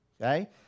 okay